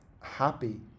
happy